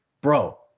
bro